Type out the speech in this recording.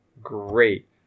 great